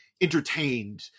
entertained